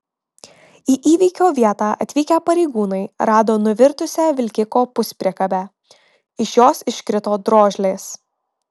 į įvykio vietą atvykę pareigūnai rado nuvirtusią vilkiko puspriekabę iš jos iškrito drožlės